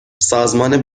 سازمان